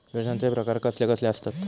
योजनांचे प्रकार कसले कसले असतत?